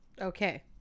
Okay